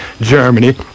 Germany